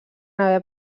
haver